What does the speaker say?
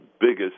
biggest